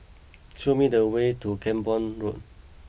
show me the way to Camborne Road